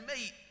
meet